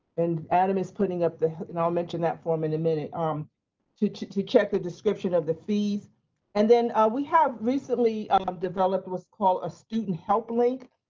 and adam is putting up the, and i'll mention that form in a minute. um to to check the description of the fees and then we have recently developed what's called a student help link,